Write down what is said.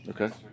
okay